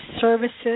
services